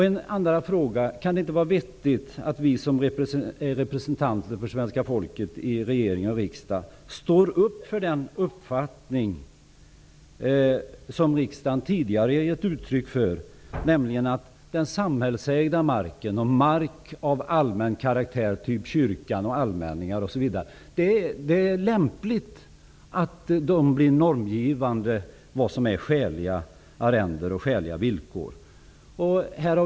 En andra fråga: Kan det inte vara vettigt att vi som är representanter för svenska folket i regering och riksdag står upp för den uppfattning som riksdagen tidigare givit uttryck för, nämligen att den samhällsägda marken och mark av allmän karaktär, typ kyrkans mark, allmänningar o.s.v., bör vara normgivande för vad som är ett skäligt arrende och skäliga villkor?